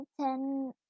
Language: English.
ten